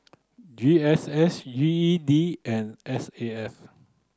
G S S G E D and S A F